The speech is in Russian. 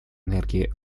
энергии